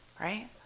right